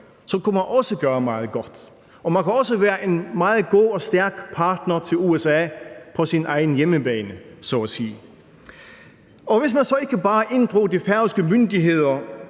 så kunne man også gøre meget godt, og man kan også være en meget god og stærk partner for USA på sin egen hjemmebane, så at sige. Og hvis man så ikke bare inddrog de færøske myndigheder